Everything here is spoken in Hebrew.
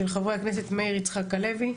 של חברי הכנסת מאיר יצחק הלוי,